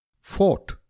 fort